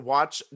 Watch